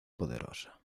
poderosa